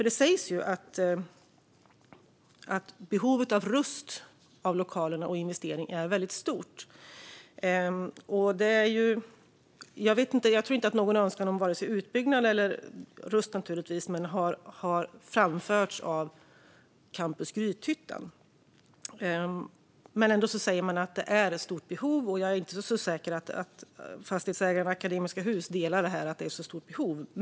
Det sägs ju att behovet av upprustning av lokalerna och investeringar är väldigt stort. Jag tror inte att någon önskan om vare sig utbyggnad eller upprustning har framförts av Campus Grythyttan. Ändå säger man att det är ett stort behov. Jag är inte så säker på att fastighetsägaren Akademiska Hus delar åsikten att det är ett stort behov.